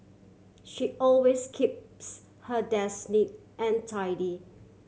she always keeps her desk neat and tidy